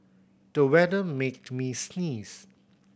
the weather made me sneeze